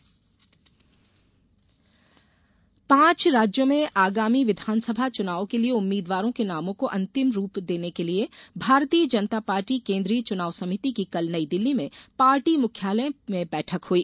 Bhajpa ticket पांच राज्यों में आगामी विधानसभा चुनावों के लिए उम्मीदवारों के नामों को अंतिम रूप देने के लिए भारतीय जनता पार्टी केंद्रीय चुनाव समिति की कल नई दिल्ली में पार्टी मुख्यालय में बैठक हुई